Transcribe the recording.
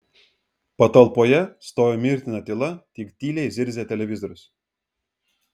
patalpoje stojo mirtina tyla tik tyliai zirzė televizorius